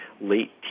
late